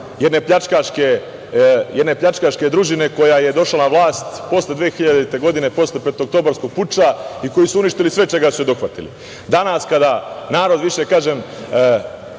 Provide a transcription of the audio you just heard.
jedne pljačkaške družine koja je došla na vlast posle 2000. godine, posle Petooktobarskog puča, koji su uništili sve čega su dohvatili. Danas, kada narod više i te